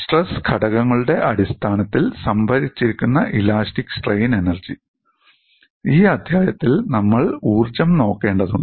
stress ഘടകങ്ങളുടെ അടിസ്ഥാനത്തിൽ സംഭരിച്ചിരിക്കുന്ന ഇലാസ്റ്റിക് സ്ട്രെയിൻ എനർജി ഈ അധ്യായത്തിൽ നമ്മൾ ഊർജ്ജം നോക്കേണ്ടതുണ്ട്